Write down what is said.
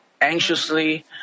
anxiously